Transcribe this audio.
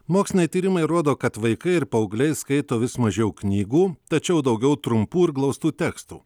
moksliniai tyrimai rodo kad vaikai ir paaugliai skaito vis mažiau knygų tačiau daugiau trumpų ir glaustų tekstų